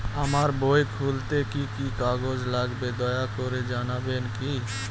আমার বই খুলতে কি কি কাগজ লাগবে দয়া করে জানাবেন কি?